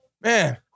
man